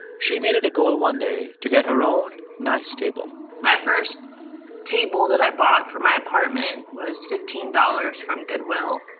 she made it a goal one day to get her own nice table my first table that i bought for my apartment was fifteen dollars from goodwill.